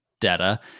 data